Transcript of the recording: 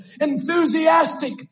enthusiastic